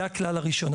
זה הכלל הראשון.